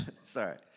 Sorry